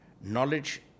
Knowledge